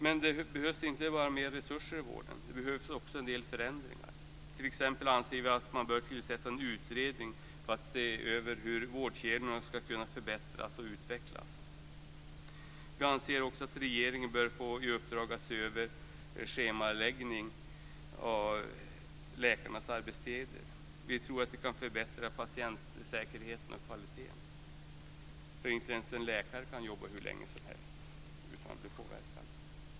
Men det behövs inte bara mer resurser i vården. Det behövs också en del förändringar. Vi anser t.ex. att man bör tillsätta en utredning för att se över hur vårdkedjorna skall kunna förbättras och utvecklas. Vi anser också att regeringen bör få i uppdrag att se över schemaläggning av läkarnas arbetstider. Vi tror att det kan förbättra patientsäkerheten och kvaliteten. Inte ens en läkare kan jobba hur länge som helst utan att bli påverkad.